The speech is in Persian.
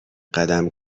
قدم